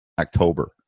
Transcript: October